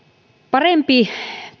parempi